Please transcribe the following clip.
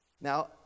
Now